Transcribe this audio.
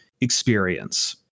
experience